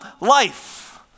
life